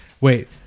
Wait